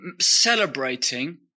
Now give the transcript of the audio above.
celebrating